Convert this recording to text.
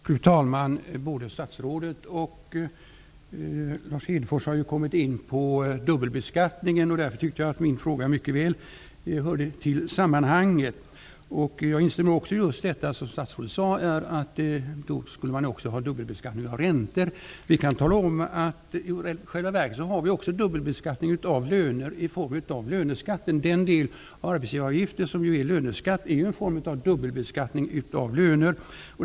Fru talman! Både statsrådet och Lars Hedfors har kommit in på dubbelbeskattningen. Därför tyckte jag att min fråga mycket väl hörde till sammanhanget. Jag instämmer i det statsrådet sade om att vi då också skulle ha dubbelbeskattning av räntor. I själva verket har vi också dubbelbeskattning av löner i form av löneskatten. Den del av arbetsgivaravgiften som är löneskatt är en form av dubbelbeskattning av löner.